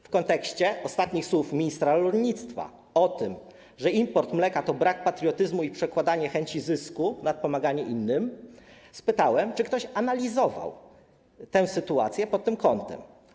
W kontekście ostatnich słów ministra rolnictwa o tym, że import mleka to brak patriotyzmu i przedkładanie chęci zysku nad pomaganie innym, spytałem, czy ktoś analizował tę sytuację pod tym kątem.